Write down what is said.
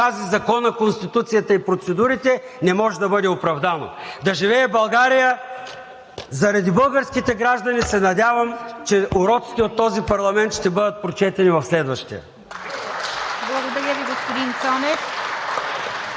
гази закона, Конституцията и процедурите, не може да бъде оправдано! Да живее България! Заради българските граждани се надявам, че уроците от този парламент ще бъдат прочетени в следващия! (Ръкопляскания от